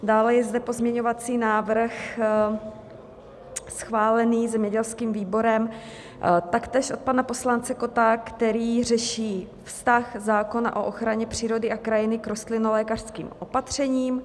Dále je zde pozměňovací návrh schválený zemědělským výborem, taktéž od pana poslance Kotta, který řeší vztah zákona o ochraně přírody a krajiny k rostlinolékařským opatřením.